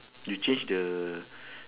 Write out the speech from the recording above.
you change the